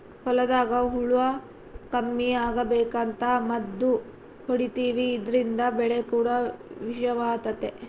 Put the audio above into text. ಹೊಲದಾಗ ಹುಳ ಕಮ್ಮಿ ಅಗಬೇಕಂತ ಮದ್ದು ಹೊಡಿತಿವಿ ಇದ್ರಿಂದ ಬೆಳೆ ಕೂಡ ವಿಷವಾತತೆ